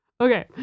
Okay